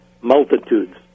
multitudes